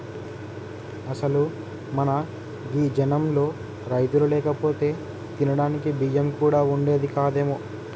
అసలు మన గీ జనంలో రైతులు లేకపోతే తినడానికి బియ్యం కూడా వుండేది కాదేమో